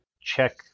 check